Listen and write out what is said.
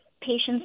patients